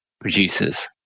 producers